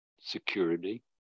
security